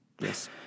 Yes